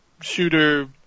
shooter